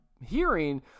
hearing